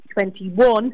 2021